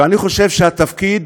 ואני חושב שהתפקיד